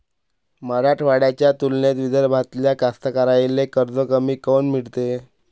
मराठवाड्याच्या तुलनेत विदर्भातल्या कास्तकाराइले कर्ज कमी काऊन मिळते?